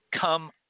come